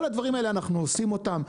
כל הדברים האלה אנחנו עושים אותם.